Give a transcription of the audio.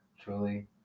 truly